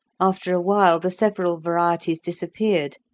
after a while the several varieties disappeared,